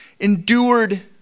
endured